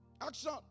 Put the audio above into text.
Action